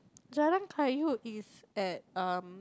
Jalan-Kayu is at um